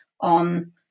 on